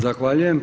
Zahvaljujem.